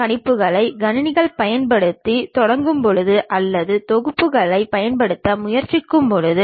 but எழுதிய engineering drawing மற்றும் பஞ்சால் மற்றும் பிற புத்தகங்கள் நம்முடைய பாடநூல் ஆகும்